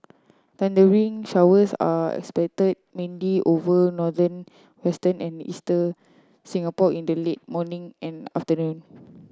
thundery showers are expected mainly over northern western and eastern Singapore in the late morning and afternoon